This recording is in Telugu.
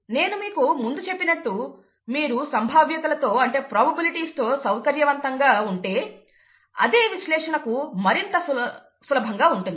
నేను మీకు ముందు చెప్పినట్టు మీరు సంభావ్యతలతో సౌకర్యవంతంగా ఉంటే అదే విశ్లేషణకు మరింత సులభంగా ఉంటుంది